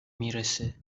میرسه